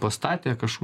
pastatė kaž